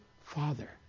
father